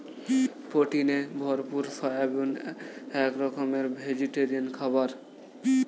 প্রোটিনে ভরপুর সয়াবিন এক রকমের ভেজিটেরিয়ান খাবার